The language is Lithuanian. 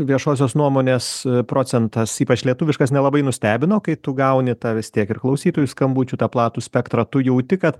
viešosios nuomonės procentas ypač lietuviškas nelabai nustebino kai tu gauni tą vis tiek ir klausytojų skambučių tą platų spektrą tu jauti kad